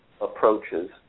approaches